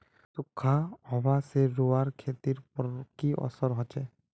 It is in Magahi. सुखखा हाबा से रूआँर खेतीर पोर की असर होचए?